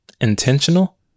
Intentional